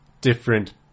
different